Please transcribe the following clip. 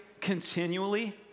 continually